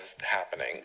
happening